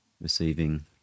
receiving